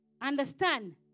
understand